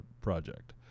project